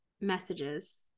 messages